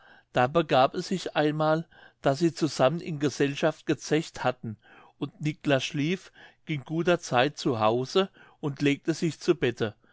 da begab es sich einmal daß sie zusammen in gesellschaft gezecht hatten und niclas schlieff ging guter zeit zu hause und legte sich zu bette